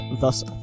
thus